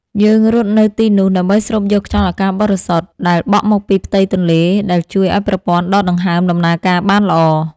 យើងរត់នៅទីនោះដើម្បីស្រូបយកខ្យល់អាកាសបរិសុទ្ធដែលបក់មកពីផ្ទៃទន្លេ ដែលជួយឱ្យប្រព័ន្ធដកដង្ហើមដំណើរការបានល្អ។